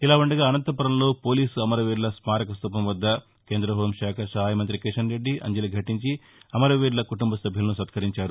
ఇలా ఉండగా అనంతపురంలో పోలీసు అమరవీరుల స్మారక స్టూపం వద్ద కేంద హోంశాఖ సహాయ మంతి కిషన్ రెడ్డి అంజలి ఘటించి అమరవీరుల కుటుంబసభ్యులను సత్కరించారు